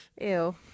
Ew